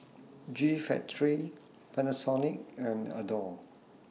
G Factory Panasonic and Adore